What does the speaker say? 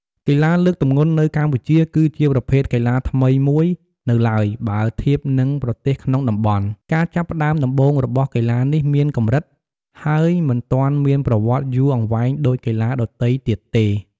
កីឡាលើកទម្ងន់នៅកម្ពុជាគឺជាប្រភេទកីឡាថ្មីមួយនៅឡើយបើធៀបនឹងប្រទេសក្នុងតំបន់។ ការចាប់ផ្តើមដំបូងរបស់កីឡានេះមានកម្រិត ហើយមិនទាន់មានប្រវត្តិយូរអង្វែងដូចកីឡាដទៃទៀតទេ។